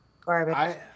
Garbage